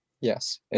Yes